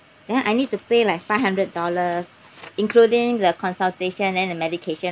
then I need to pay like five hundred dollars including the consultation then the medication